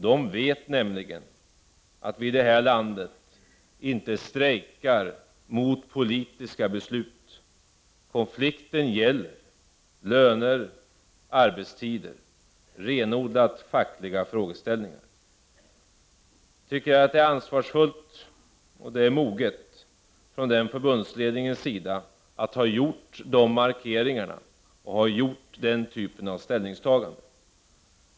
De vet nämligen att vi i det här landet inte strejkar mot politiska beslut. Konflikten gäller löner, arbetstider — renodlat fackliga frågeställningar. Jag tycker att det är ansvarsfullt och moget från den förbundsledningens sida att ha gjort de markeringarna och ha gjort den typen av ställningstaganden.